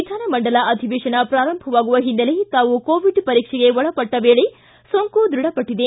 ವಿಧಾನಮಂಡಲ ಅಧಿವೇಶನ ಪ್ರಾರಂಭವಾಗುವ ಹಿನ್ನೆಲೆ ತಾವು ಕೋವಿಡ್ ಪರೀಕ್ಷೆಗೆ ಒಳಪಟ್ಟ ವೇಳೆ ಸೋಂಕು ದೃಢಪಟ್ಟಿದೆ